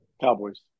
Cowboys